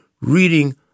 reading